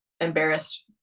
embarrassed